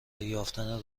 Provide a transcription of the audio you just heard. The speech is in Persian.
یافتن